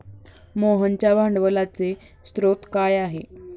मोहनच्या भांडवलाचे स्रोत काय आहे?